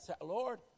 Lord